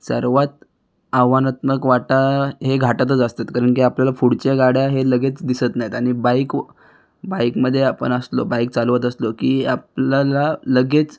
सर्वात आव्हानात्मक वाटा हे घाटातच असतात कारण की आपल्याला पुढच्या गाड्या हे लगेच दिसत नाहीत आणि बाईकव बाईकमध्ये आपण असलो बाईक चालवत असलो की आपल्याला लगेच